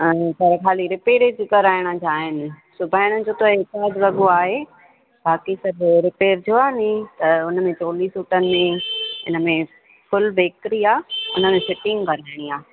खाले रिपेयर ई कराइण जा आहिनि सिबाइण जो त हिकु आध वॻो आहे बाक़ी सभु रिपेयर जो आहे नी त उन में चोली सूटनि में इन में फुल बेकरी आहे उनमें फिटिंग हराइणी आहे